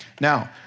Now